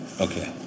Okay